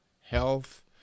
health